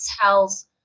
tells